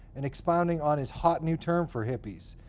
and expounding on his hot new term for hippies.